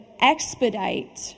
expedite